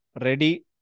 ready